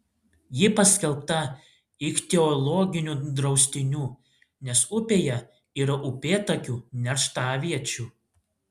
ji paskelbta ichtiologiniu draustiniu nes upėje yra upėtakių nerštaviečių